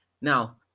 Now